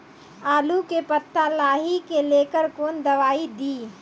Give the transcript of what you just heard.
आलू के पत्ता लाही के लेकर कौन दवाई दी?